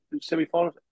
semi-finals